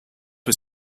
was